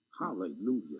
Hallelujah